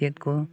ᱪᱮᱫ ᱠᱚ